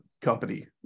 company